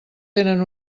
tenen